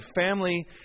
family